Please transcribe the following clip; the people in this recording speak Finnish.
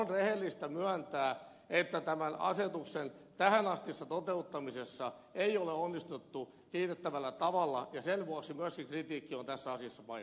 on rehellistä myöntää että tämän asetuksen tähänastisessa toteuttamisessa ei ole onnistuttu kiitettävällä tavalla ja sen vuoksi myöskin kritiikki on tässä asiassa paikallaan